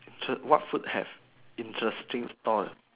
what food have interesting stall